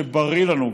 שבריא לנו,